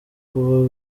kuba